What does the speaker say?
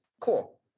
cool